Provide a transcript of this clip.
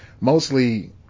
mostly